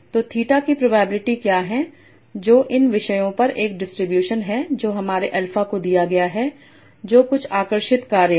तो थीटा की प्रोबेबिलिटी क्या है जो इन विषयों पर एक डिस्ट्रीब्यूशन है जो हमारे अल्फ़ा को दिया गया है जो कुछ आकर्षित कार्य है